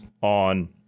on